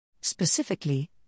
Specifically